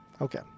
Okay